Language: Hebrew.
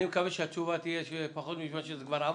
אני מקווה שהתשובה תגיע בתוך פחות משבועיים מכיוון שזה כבר עבר.